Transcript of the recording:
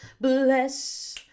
bless